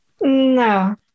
No